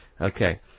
Okay